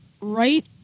right